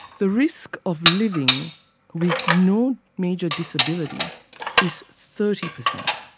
the risk of living with no major disability is thirty percent.